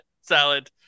salad